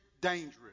dangerous